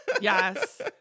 Yes